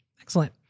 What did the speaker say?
Excellent